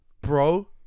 bro